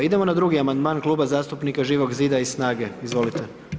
Idemo na drugi amandman Klub zastupnika Živog zida i SNAGA-e, izvolite.